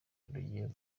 rugiye